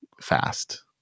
fast